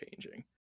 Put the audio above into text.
changing